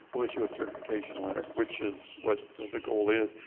we'll issue a certification letter, which is what the goal is.